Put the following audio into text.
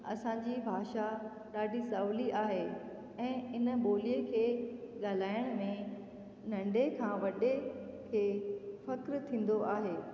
असां जी भाषा ॾाढी सवली आहे ऐं इन ॿोलीअ खे ॻाल्हाइण में नन्ढे खां वॾे खे फ़ख़ुरु थींदो आहे